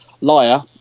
Liar